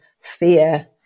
fear